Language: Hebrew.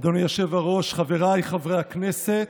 אדוני היושב-ראש, חבריי חברי הכנסת,